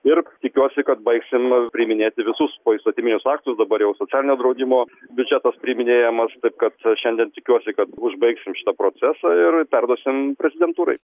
ir tikiuosi kad baigsim priiminėti visus poįstatyminius aktus dabar jau socialinio draudimo biudžetas priiminėjamas taip kad šiandien tikiuosi kad užbaigsim šitą procesą ir perduosim prezidentūrai